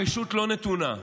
הרשות לא נתונה.